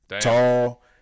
Tall